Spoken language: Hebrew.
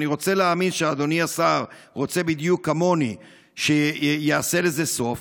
ואני רוצה להאמין שאדוני השר רוצה בדיוק כמוני שייעשה לזה סוף,